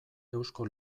eusko